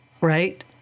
right